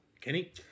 Kenny